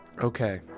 okay